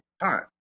time